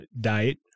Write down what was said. diet